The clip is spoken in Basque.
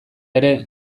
ere